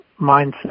mindset